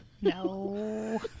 No